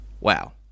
wow